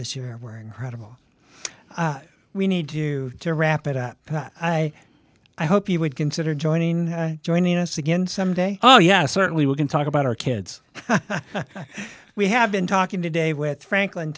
this year were incredible we need to to wrap it up but i i hope you would consider joining joining us again someday oh yes certainly we can talk about our kids we have been talking today with franklin